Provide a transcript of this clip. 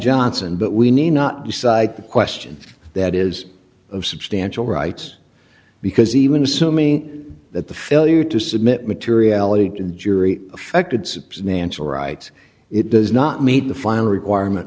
johnson but we need not decide the question that is of substantial rights because even assuming that the failure to submit materiality jury affected substantial rights it does not meet the final requirement